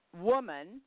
woman